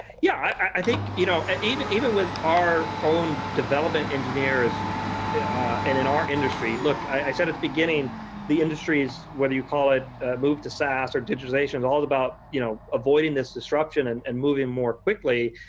yeah, i think you know ah even even with our own development engineers and in our industry, look, i said at the beginning the industries what you call it move to saas or digitization is all about you know avoiding this disruption and and moving more quickly.